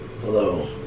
Hello